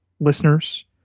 Listeners